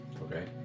Okay